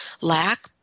lack